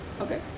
okay